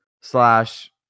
slash